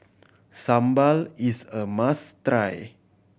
sambal is a must try